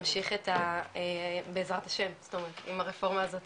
נמשיך, בעזרת השם, אם הרפורמה הזאת